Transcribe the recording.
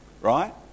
right